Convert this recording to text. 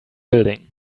building